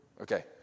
Okay